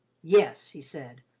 yes, he said,